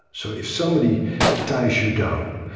so if somebody ties you down,